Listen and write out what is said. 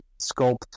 sculpt